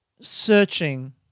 searching